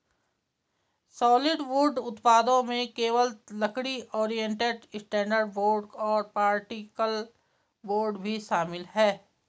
solid wood उत्पादों में केवल लकड़ी, ओरिएंटेड स्ट्रैंड बोर्ड और पार्टिकल बोर्ड भी शामिल है